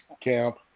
camp